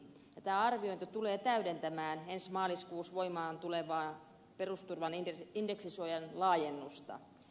tämä arviointi tulee täydentämään ensi maaliskuussa voimaan tulevaa perusturvan indeksisuojan laajennusta